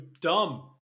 dumb